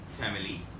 family